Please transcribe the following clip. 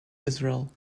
israel